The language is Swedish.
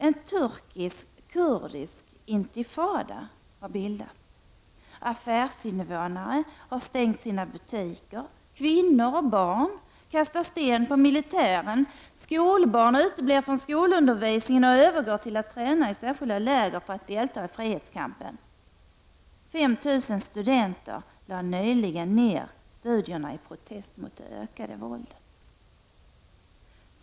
En turkisk, kurdisk intifada har bildats. Affärsinnehavare har stängt sina butiker, kvinnor och barn kastar sten på militären, skolbarn uteblir från skolundervisningen och övergår till att träna i särskilda läger för att delta i frihetskampen. 5 000 studenter lade nyligen ner studierna i protest mot det ökade våldet.